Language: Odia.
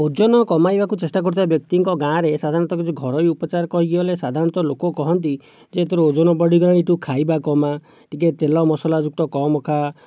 ଓଜନ କମାଇବାକୁ ଚେଷ୍ଟା କରୁଥିବା ବ୍ୟକ୍ତିଙ୍କ ଗାଁ ରେ ସାଧାରଣତଃ କିଛି ଘରୋଇ ଉପଚାର କହିକିଗଲେ ସାଧାରଣତଃ ଲୋକ କହନ୍ତି ଯେ ତୋର ଓଜନ ବଢ଼ିଗଲାଣି ତୁ ଖାଇବା କମା ଟିକେ ତେଲ ମସଲାଯୁକ୍ତ କମ୍ ଖା